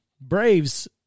Braves